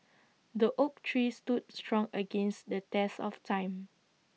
the oak tree stood strong against the test of time